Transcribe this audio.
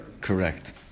Correct